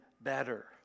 better